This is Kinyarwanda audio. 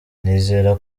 nizera